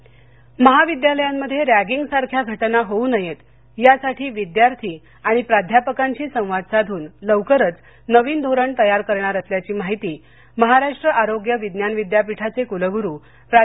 रर्यीम लातर महाविद्यालयांमध्ये रॅगिंग सारख्या घटना होऊ नयेत यासाठी विद्यार्थी आणि प्राध्यापकांशी संवाद साधून लवकरच नवीन धोरण तयार करणार असल्याची माहिती महाराष्ट आरोग्य विज्ञान विद्यापीठाचे कुलगुरु प्रा